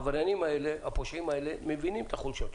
הפושעים האלה מבינים את החולשות שלנו.